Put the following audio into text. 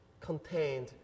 contained